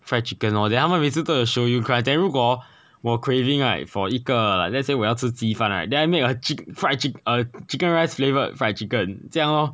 fried chicken lor then 他们每次都有 shoyu crunch then 如果 hor 我 craving right for 一个 like let's say 我要吃鸡饭 right then I make a chick~ fried chick~ uh chicken rice flavoured fried chicken 这样 lor